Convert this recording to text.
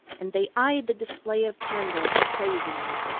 and they eyed the display of candles appraisingly.